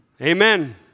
Amen